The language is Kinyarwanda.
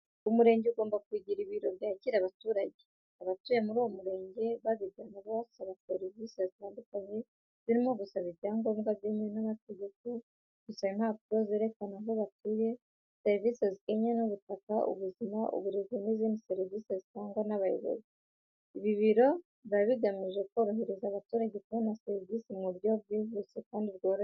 Umurenge ugomba kugira ibiro byakira abaturage, abatuye muri uwo murenge babigana basaba serivise zitandukanye zirimo gusaba ibyangombwa byemewe n'amategeko, gusaba impapuro zerekana aho batuye, serivise zijyanye n'ubutaka, ubuzima, uburezi n'izindi serivise zitangwa n'abayobozi. Ibi biro biba bigamije korohereza abaturage kubona serivise mu buryo bwihuse kandi bworoshye.